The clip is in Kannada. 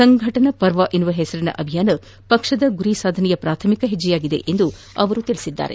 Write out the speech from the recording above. ಸಂಘಟನ ಪರ್ವ ಎಂಬ ಹೆಸರಿನ ಅಭಿಯಾನವು ಪಕ್ಷದ ಗುರಿ ಸಾಧನೆಯ ಪ್ರಾಥಮಿಕ ಹೆಜ್ಜೆಯಾಗಿದೆ ಎಂದು ತಿಳಿಸಿದರು